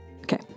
Okay